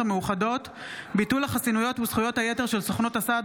המאוחדות (ביטול החסינויות וזכויות היתר של סוכנות הסעד